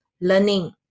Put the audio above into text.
learning